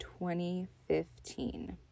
2015